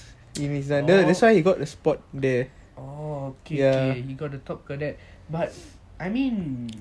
oh okay okay he got the top cadet but